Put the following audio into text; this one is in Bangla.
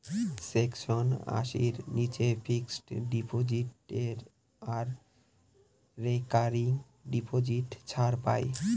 সেকশন আশির নীচে ফিক্সড ডিপজিট আর রেকারিং ডিপোজিট ছাড় পাই